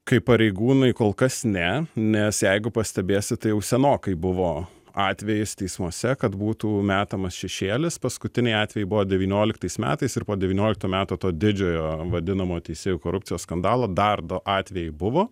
kaip pareigūnui kol kas ne nes jeigu pastebėsit tai jau senokai buvo atvejis teismuose kad būtų metamas šešėlis paskutiniai atvejai buvo devynioliktais metais ir po devynioliktų metų to didžiojo vadinamo teisėjų korupcijos skandalo dar du atvejai buvo